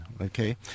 Okay